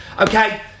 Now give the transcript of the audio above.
Okay